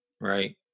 Right